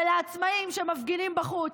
ולעצמאים שהמפגינים בחוץ,